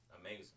Amazing